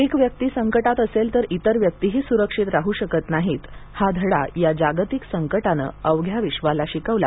एक व्यक्ती संकटात असेल तर इतर व्यक्तीही सुरक्षित राहू शकत नाहीत हा धडा या जागतिक संकटानं अवघ्या विश्वाला शिकवला